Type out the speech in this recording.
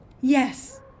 Yes